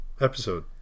episode